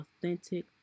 authentic